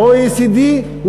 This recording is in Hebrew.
ה-OECD,